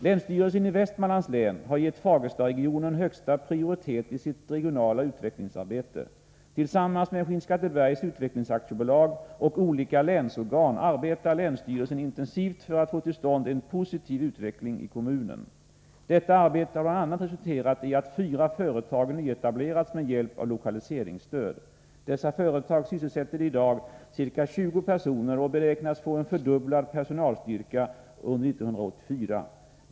Länsstyrelsen i Västmanlands län har gett Fagerstaregionen högsta prioritet i sitt regionala utvecklingsarbete. Tillsammans med Skinnskattebergs Utvecklingsaktiebolag och olika länsorgan arbetar länsstyrelsen intensivt för att få till stånd en positiv utveckling i kommunen. Detta arbete har bl.a. resulterat i att fyra företag nyetablerats med hjälp av lokaliseringsstöd. Dessa företag sysselsätter i dag ca 20 personer och beräknas få en fördubblad personalstyrka under 1984.